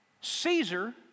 Caesar